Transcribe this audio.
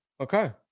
okay